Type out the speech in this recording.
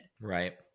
Right